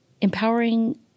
empowering